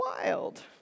wild